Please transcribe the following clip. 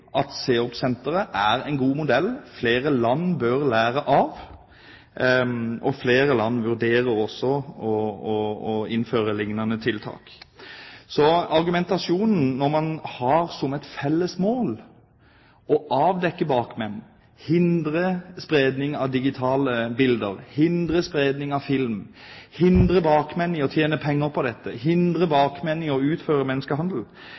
at CEOP-senteret er en god modell som flere land bør lære av. Flere land vurderer også å innføre lignende tiltak. Så til argumentasjonen: Når man har som felles mål å avdekke bakmenn, hindre spredning av digitale bilder, hindre spredning av film, hindre bakmenn i å tjene penger på dette, hindre bakmenn i å utføre menneskehandel,